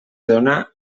dóna